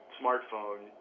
smartphone